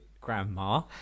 Grandma